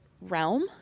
realm